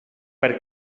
per